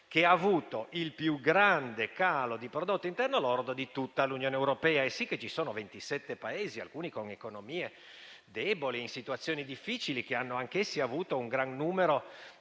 che ha avuto il più grande calo di prodotto interno lordo di tutta l'Unione europea. E sì che ci sono ventisette Paesi, alcuni con economie deboli e in situazioni difficili che hanno anch'essi avuto un gran numero di